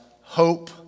hope